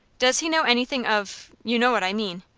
does he know anything of you know what i mean.